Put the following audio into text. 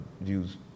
views